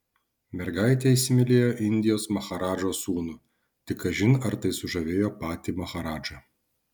mergaitė įsimylėjo indijos maharadžos sūnų tik kažin ar tai sužavėjo patį maharadžą